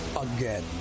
Again